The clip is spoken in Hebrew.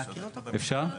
אפשר?